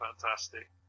fantastic